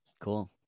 Cool